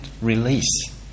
release